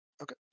Okay